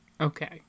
Okay